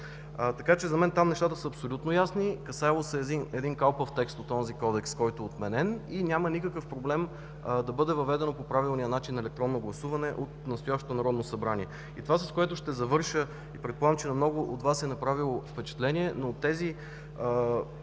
пощата. За мен там нещата са абсолютно ясни – касаело се е за един калпав текст от онзи Кодекс, който е отменен, и няма никакъв проблем да бъде въведено по правилния начин електронно гласуване от настоящото Народно събрание. Това, с което ще завърша и предполагам, че на много от Вас е направило впечатление, но от